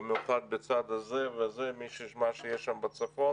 במיוחד בצד הזה וזה, מה שיש שם בצפון